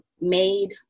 made